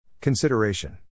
Consideration